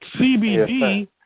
CBD